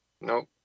Nope